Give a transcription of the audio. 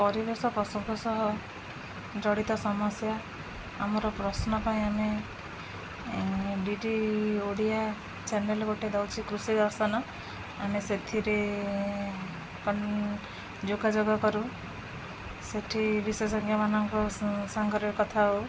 ପରିବେଶ ପଶୁଙ୍କ ସହ ଜଡ଼ିତ ସମସ୍ୟା ଆମର ପ୍ରଶ୍ନ ପାଇଁ ଆମେ ଡିଡି ଓଡ଼ିଆ ଚ୍ୟାନେଲ ଗୋଟେ ଦେଉଛି କୃଷି ଦର୍ଶନ ଆମେ ସେଥିରେ ଯୋଗାଯୋଗ କରୁ ସେଠି ବିଶେଷଜ୍ଞମାନଙ୍କ ସାଙ୍ଗରେ କଥା ହଉ